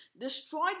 destroyed